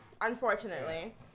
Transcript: unfortunately